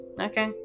Okay